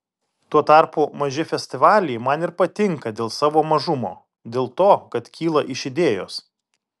tuo tarpu maži festivaliai man ir patinka dėl savo mažumo dėl to kad kyla iš idėjos